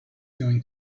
going